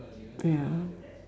ya